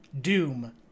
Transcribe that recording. Doom